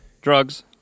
Drugs